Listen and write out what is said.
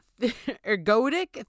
ergodic